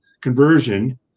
conversion